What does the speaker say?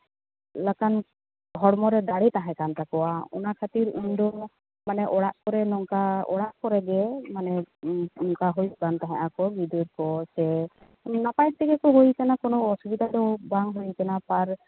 ᱞᱮᱠᱟᱱ ᱦᱚᱲᱢᱚ ᱨᱮ ᱫᱟᱲᱮ ᱛᱟᱦᱮᱸ ᱠᱟᱱ ᱛᱟᱠᱚᱣᱟ ᱚᱱᱟ ᱠᱷᱟᱹᱛᱤᱨ ᱩᱱᱫᱚ ᱢᱟᱱᱮ ᱚᱲᱟᱜ ᱨᱮ ᱱᱚᱝᱠᱟ ᱚᱲᱟᱜ ᱠᱚᱨᱮᱜᱮ ᱚᱱᱠᱟ ᱦᱩᱭᱩᱜ ᱠᱟᱱ ᱛᱟᱦᱮᱸᱫ ᱟᱠᱚ ᱜᱤᱫᱟᱹᱨ ᱠᱚ ᱥᱮ ᱱᱟᱯᱟᱭ ᱛᱮᱜᱮ ᱠᱚ ᱦᱩᱭ ᱠᱟᱱᱟ ᱠᱳᱱᱳ ᱚᱥᱩᱵᱤᱫᱟ ᱫᱚ ᱵᱟᱝ ᱦᱩᱭ ᱠᱟᱱᱟ ᱟᱨ